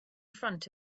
front